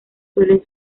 suelen